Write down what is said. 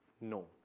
No